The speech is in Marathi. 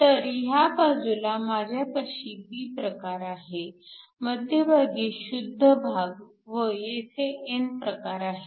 तर ह्या बाजूला माझ्यापाशी p प्रकार आहे मध्यभागी शुद्ध भाग व येथे n प्रकार आहे